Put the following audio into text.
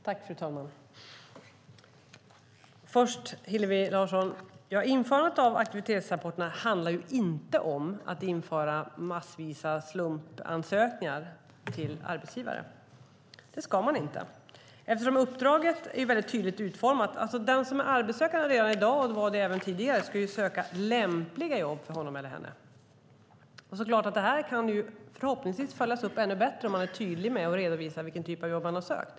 Fru talman! Först, Hillevi Larsson: Införandet av aktivitetsrapporterna handlar inte om att införa massvis av slumpansökningar till arbetsgivare. Det ska man inte göra. Uppdraget är väldigt tydligt utformat - den som är arbetssökande i dag och var det även tidigare ska söka lämpliga jobb för honom eller henne. Det kan förhoppningsvis fällas upp ännu bättre om man är tydlig med att redovisa vilken typ av jobb man har sökt.